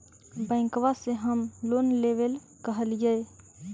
बैंकवा से हम लोन लेवेल कहलिऐ?